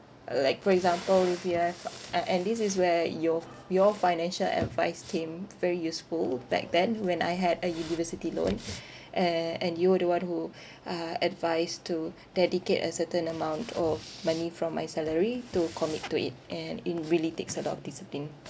like for example if you have and and this is where your your financial advice came very useful back then when I had a university loan and and you were the one who uh advised to dedicate a certain amount of money from my salary to commit to it and it really takes a lot of discipline